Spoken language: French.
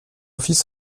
fils